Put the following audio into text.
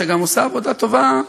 שגם עושה עבודה טובה,